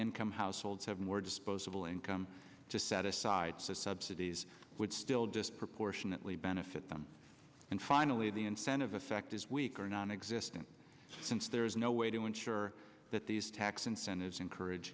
income households have more disposable income to set aside so subsidies would still disproportionately benefit them and finally the incentive effect is weak or nonexistent since there is no way to ensure that these tax incentives encourage